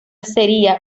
sería